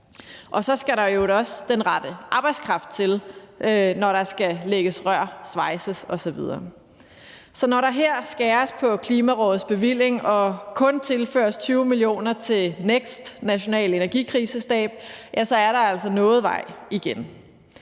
Og så skal der i øvrigt også den rette arbejdskraft til, når der skal lægges rør, svejses osv. Så når der her skæres på Klimarådets bevilling og kun tilføres 20 mio. kr. til NEKST, den nationale energikrisestab, ja, så er der altså noget vej igen.